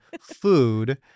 food